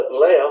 left